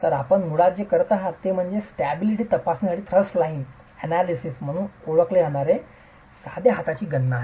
तर आपण मुळात जे करत आहोत ते म्हणजे स्टाबिलिटी तपासणीसाठी थ्रस्ट लाईन अनालिसिस म्हणून ओळखले जाणारे साध्या हाताची गणना आहे